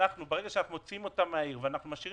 ברגע שאנחנו מוציאים אותם מן העיר ומשאירים